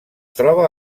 troba